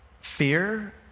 Fear